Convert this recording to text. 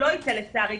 לצערי,